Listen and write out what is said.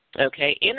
Okay